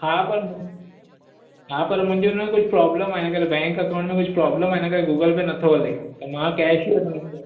हा पर मूं हा पर मुंहिंजो न कुझु प्रोब्लम आहे हिन करे बैंक अकाउंट में कुझु प्रोब्लम आहे हिन करे गूगल पे नथो हले त मां कैश ई वठंदुमि